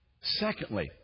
Secondly